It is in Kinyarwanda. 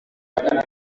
magana